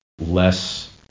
less